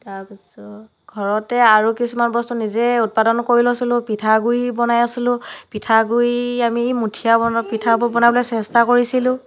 তাৰপিছত ঘৰতে আৰু কিছুমান বস্তু নিজে উৎপাদন কৰি লৈছিলোঁ পিঠাগুড়ি বনাই আছিলোঁ পিঠাগুড়ি আমি মুঠীয়া পিঠাবোৰ বনাবলৈ চেষ্টা কৰিছিলোঁ